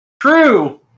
true